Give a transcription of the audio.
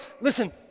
listen